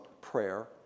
prayer